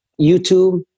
YouTube